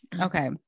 Okay